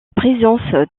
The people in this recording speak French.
présence